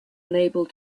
unable